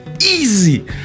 Easy